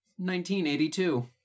1982